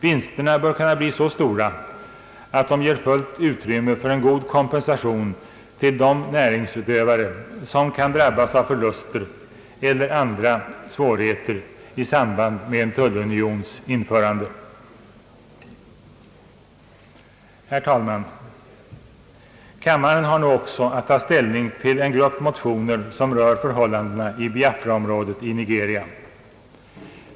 Vinsterna bör kunna bli så stora, att de ger fullt utrymme för en god kompensation till de näringsutövare som kan drabbas av förluster eller andra svårigheter i samband med tullunionens genomförande. Herr talman! Kammarens ledamöter har nu också att ta ställning till en grupp motioner som rör förhållandena i Biafraområdet i Nigeria.